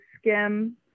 skim